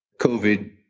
COVID